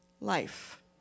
life